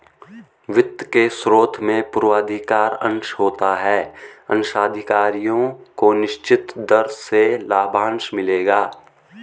वित्त के स्रोत में पूर्वाधिकार अंश होता है अंशधारियों को निश्चित दर से लाभांश मिलेगा